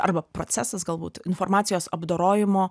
arba procesas galbūt informacijos apdorojimo